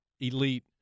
elite